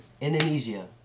indonesia